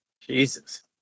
Jesus